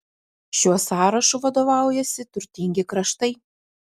šiuo sąrašu vadovaujasi turtingi kraštai